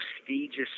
prestigious